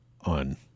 on